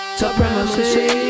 supremacy